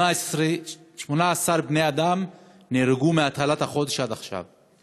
18 בני-אדם נהרגו מהתחלת החודש ועד עכשיו,